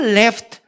left